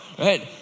right